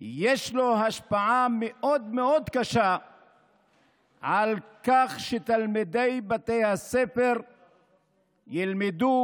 יש השפעה קשה מאוד מאוד על כך שתלמידי בתי הספר ילמדו,